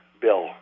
bill